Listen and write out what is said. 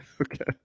Okay